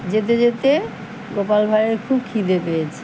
যেতে যেতে গোপাল ভাঁড়ের খুব খিদে পেয়েছি